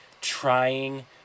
trying